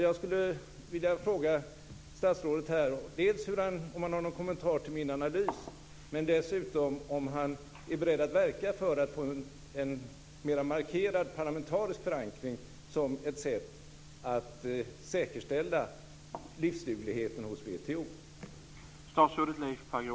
Jag skulle vilja fråga statsrådet om han har någon kommentar till min analys och dessutom om han är beredd att verka för att få en mer markerad parlamentarisk förankring som ett sätt att säkerställa livsdugligheten hos WTO.